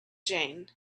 jane